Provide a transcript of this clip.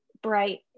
bright